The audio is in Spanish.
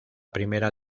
primera